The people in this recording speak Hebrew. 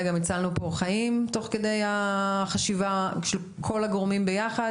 גם הצלנו פה חיים תוך כדי החשיבה של כל הגורמים ביחד.